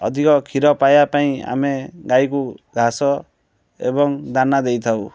ଅଧିକ କ୍ଷୀର ପାଇବା ପାଇଁ ଆମେ ଗାଈକୁ ଘାସ ଏବଂ ଦାନା ଦେଇଥାଉ